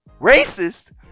racist